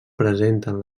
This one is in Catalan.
presenten